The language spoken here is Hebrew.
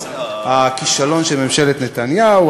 בכותרות קולניות: "הכישלון של ממשלת נתניהו",